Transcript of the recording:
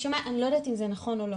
אני לא יודעת אם זה נכון,